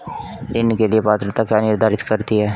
ऋण के लिए पात्रता क्या निर्धारित करती है?